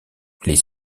les